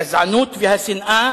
הגזענות והשנאה